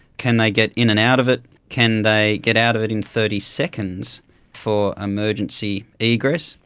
can they get in and out of it, can they get out of it in thirty seconds for emergency egress?